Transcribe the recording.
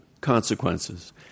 consequences